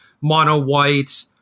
mono-white